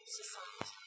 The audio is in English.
society